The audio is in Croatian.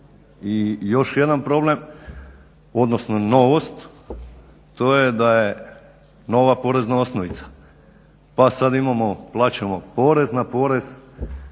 i još jedan problem odnosno novost to je da je nova porezna osnovica. Pa sada plaćamo porez na porez,